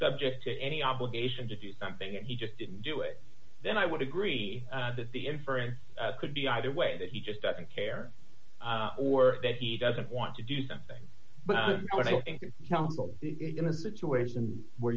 subject to any obligation to do something and he just didn't do it then i would agree that the inference could be either way that he just doesn't care or that he doesn't want to do something but i think you know in a situation where